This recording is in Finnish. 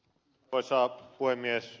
arvoisa puhemies